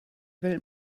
will